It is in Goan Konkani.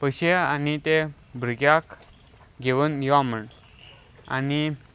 पयशे आनी ते भुरग्याक घेवन यो म्हूण आनी